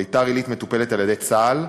ביתר-עילית מטופלת על-ידי צה"ל,